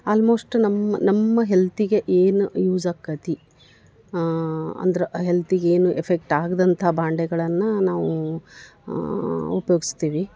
almost ನಮ್ಮ ನಮ್ಮ ಹೆಲ್ತಿಗೆ ಏನು ಯೂಸ್ ಆಕ್ಕೇತಿ ಅಂದ್ರೆ ಹೆಲ್ತಿಗೆ ಏನು ಎಫೆಕ್ಟ್ ಆಗ್ದಂಥ ಬಾಂಡೆಗಳನ್ನು ನಾವೂ ಉಪಯೋಗ್ಸ್ತೀವಿ